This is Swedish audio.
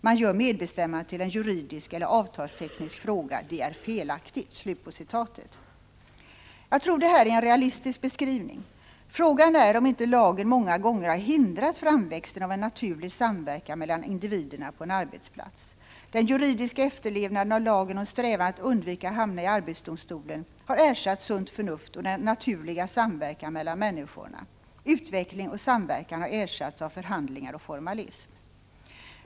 Man gör medbestämmandet till en juridisk eller avtalsteknisk fråga. Det är felaktigt.” Jag tror det här är en realistisk beskrivning. Frågan är om inte lagen många gånger har hindrat framväxten av en naturlig samverkan mellan individerna på en arbetsplats. Den juridiska efterlevnaden av lagen och en strävan att undvika att hamna i arbetsdomstolen har ersatt sunt förnuft och naturlig samverkan mellan människorna. Utveckling och samverkan har ersatts av förhandlingar och formalism.